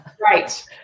Right